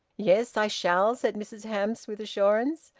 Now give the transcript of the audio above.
yes, i shall, said mrs hamps, with assurance.